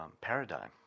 paradigm